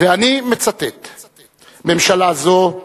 "ממשלה זו,